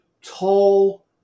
tall